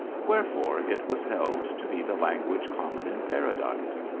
wherefore it was held to be the language common in paradise.